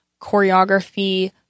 choreography